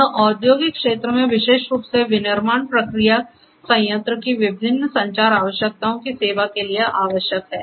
यह औद्योगिक क्षेत्र में विशेष रूप से विनिर्माण प्रक्रिया संयंत्र की विभिन्न संचार आवश्यकताओं की सेवा के लिए आवश्यक है